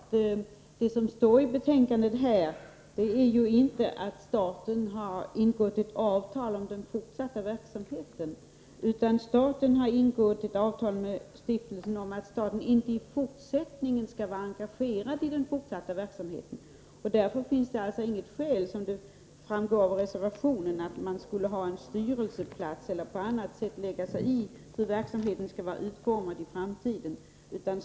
Herr talman! Jag tycker ändå att det är på sin plats att tala om att vad som står i betänkandet inte är att staten har ingått ett avtal om den fortsatta verksamheten, utan att staten har ingått ett avtal med stiftelsen om att staten inte i fortsättningen skall vara engagerad i den fortsatta verksamheten. Därför finns det alltså inget skäl att, som förordas i reservationen, staten skulle ha en styrelserepresentant eller på annat sätt lägga sig i hur verksamheten skall vara utformad i framtiden.